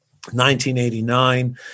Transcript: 1989